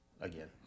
Again